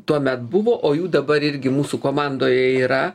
tuomet buvo o jų dabar irgi mūsų komandoje yra